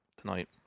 tonight